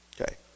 Okay